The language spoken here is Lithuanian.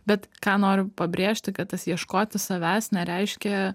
bet ką noriu pabrėžti kad tas ieškoti savęs nereiškia